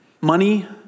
money